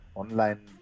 online